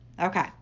okay